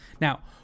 Now